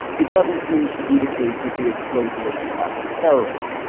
it doesn't seem to be the case that the explosion was because of terrorism.